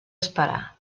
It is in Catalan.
esperar